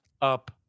up